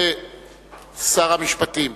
של חבר הכנסת מוץ